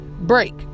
break